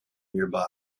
nearby